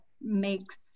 makes